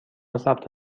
ثبت